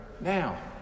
now